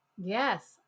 yes